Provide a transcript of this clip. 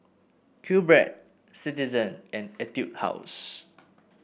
QBread Citizen and Etude House